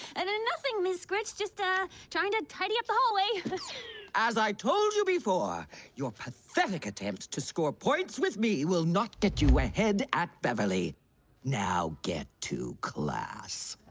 and then nothing mister it's just us ah trying to tidy up always as i told you before your pathetic attempt to score points with me will not get you ahead at beverly now get to class